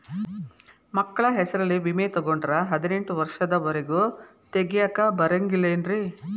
ಮಕ್ಕಳ ಹೆಸರಲ್ಲಿ ವಿಮೆ ತೊಗೊಂಡ್ರ ಹದಿನೆಂಟು ವರ್ಷದ ಒರೆಗೂ ತೆಗಿಯಾಕ ಬರಂಗಿಲ್ಲೇನ್ರಿ?